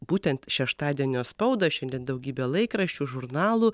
būtent šeštadienio spaudą šiandien daugybė laikraščių žurnalų